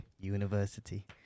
University